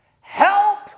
help